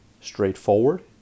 straightforward